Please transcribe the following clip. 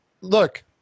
look